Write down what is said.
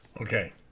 Okay